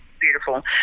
beautiful